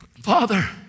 Father